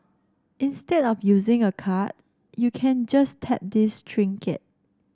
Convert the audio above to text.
instead of using a card you can just tap this trinket